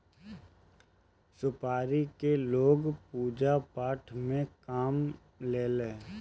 सुपारी के लोग पूजा पाठ में काम लेला